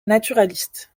naturaliste